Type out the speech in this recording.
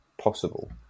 possible